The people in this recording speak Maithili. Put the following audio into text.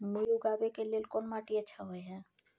मूली उगाबै के लेल कोन माटी अच्छा होय है?